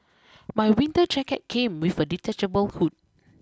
my winter jacket came with a detachable hood